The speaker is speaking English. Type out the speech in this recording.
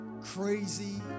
crazy